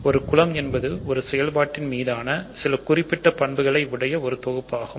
ஒரு குலம் என்பது ஒரு செயல்பாட்டின் மீதான சில குறிப்பிட்ட பண்புகளை உடைய ஒரு தொகுப்பாகும்